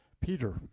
Peter